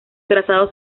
trazado